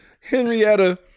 Henrietta